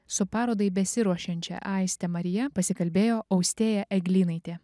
su parodai besiruošiančia aiste marija pasikalbėjo austėja eglynaitė